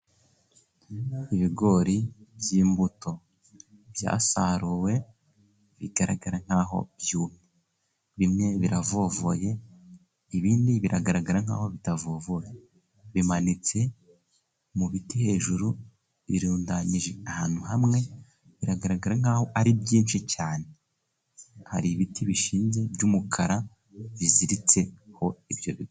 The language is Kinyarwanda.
Ibigori by'imbuto byasaruwe bigaragara nk'aho byumye. Bimwe biravovoye ibindi biragaragara nk'aho bitavovoye. Bimanitse mu biti hejuru birundanyije ahantu hamwe, biragaragara nk'aho ari byinshi cyane. Hari ibiti bishinze by'umukara, biziritseho ibyo bi.....